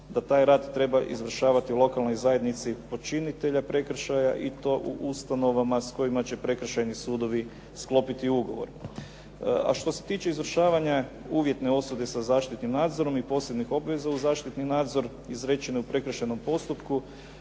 da taj rad treba izvršavati u lokalnoj zajednici počinitelja prekršaja i to u ustanovama s kojima će prekršajni sudovi sklopiti ugovor. A što se tiče izvršavanja uvjetne osude sa zaštitnim nadzorom i posebnim obveza u zaštitni nadzor izrečene u prekršajnom postupku,